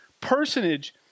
personage